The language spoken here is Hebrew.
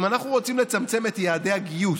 אם אנחנו רוצים לצמצם את יעדי הגיוס,